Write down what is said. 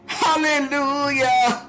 hallelujah